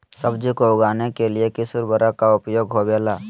सब्जी को उगाने के लिए किस उर्वरक का उपयोग होबेला?